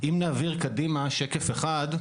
אם נעביר קדימה שקף אחד,